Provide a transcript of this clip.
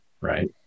right